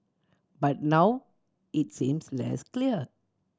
but now it seems less clear